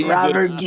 Robert